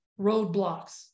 roadblocks